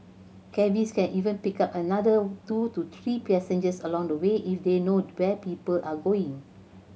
cabbies can even pick up another two to three passengers along the way if they know where people are going